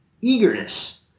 eagerness